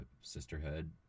sisterhood